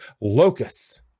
Locusts